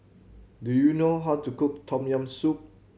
do you know how to cook Tom Yam Soup